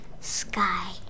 Sky